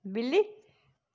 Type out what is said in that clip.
बिल्ली